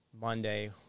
Monday